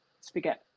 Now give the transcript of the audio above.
spaghetti